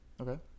Okay